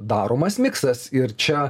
daromas miksas ir čia